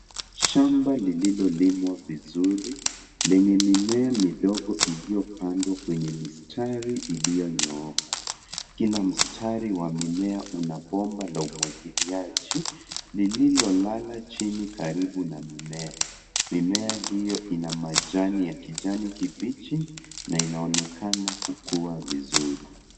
Shamba lililolimwa vizuri lenye mimea midogo iliyopandwa kwenye mistari iliyonyooka. Kila mstari wa mmea una bomba la umwagiliaji lililolala chini karibu na mimea. Mimea hiyo ina majani ya kijani kibichi na inaonekana kukua vizuri.